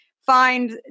find